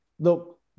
Look